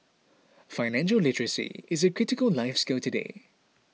financial literacy is a critical life skill today